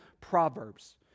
proverbs